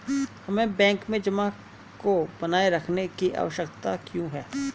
हमें बैंक में जमा को बनाए रखने की आवश्यकता क्यों है?